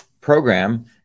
program